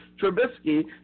Trubisky